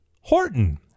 horton